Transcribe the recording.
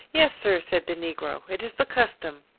yes, sir, said the negro, it is the custom.